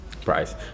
price